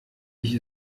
ich